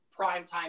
primetime